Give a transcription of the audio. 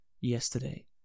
yesterday